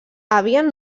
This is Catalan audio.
havien